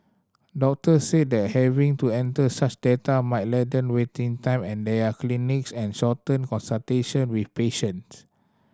doctors said that having to enter such data might lengthen waiting time and their clinics and shorten consultation with patients